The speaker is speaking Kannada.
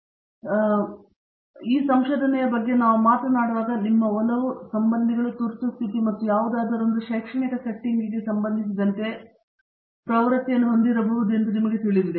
ಪ್ರತಾಪ್ ಹರಿಡೋಸ್ ಈ ಸಂಶೋಧನೆಯ ಬಗ್ಗೆ ನಾವು ಮಾತನಾಡುವಾಗ ನಿಮ್ಮ ಒಲವು ಸಂಬಂಧಿಗಳು ತುರ್ತುಸ್ಥಿತಿ ಮತ್ತು ಯಾವುದಾದರೊಂದು ಶೈಕ್ಷಣಿಕ ಸೆಟ್ಟಿಂಗ್ಗೆ ಸಂಬಂಧಿಸಿದಂತೆ ಪ್ರವೃತ್ತಿಯನ್ನು ಹೊಂದಿರಬಹುದು ಎಂದು ನಮಗೆ ತಿಳಿದಿದೆ